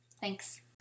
Thanks